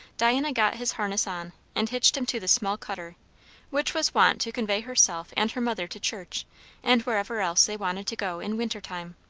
diana got his harness on and hitched him to the small cutter which was wont to convey herself and her mother to church and wherever else they wanted to go in winter time